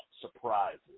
surprises